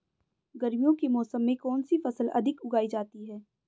गर्मियों के मौसम में कौन सी फसल अधिक उगाई जाती है?